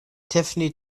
tiffany